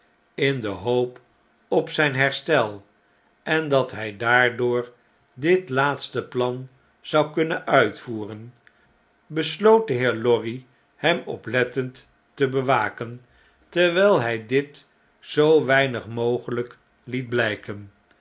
in de hoop op zjjn herstel en dat hij daardoor dit laatste plan zou kunnen uitvoeren besloot de heer lorry hem oplettend te bewaken terwijl hij dit zoo weinig mogelijk liet bhjken